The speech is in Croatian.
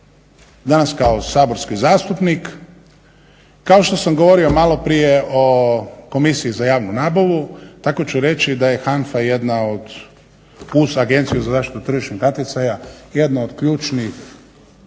danas kao saborski zastupnik kao što sam govorio malo prije o Komisiji za javnu nabavu tako ću reći da je HANFA jedna od uz Agenciju za zaštitu tržišnog natjecanja jedna od ključnih